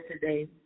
today